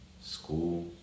school